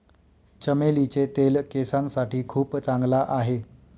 चमेलीचे तेल केसांसाठी खूप चांगला आहे